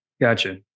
Gotcha